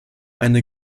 eine